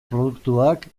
produktuak